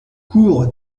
cours